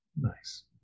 Nice